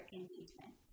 engagement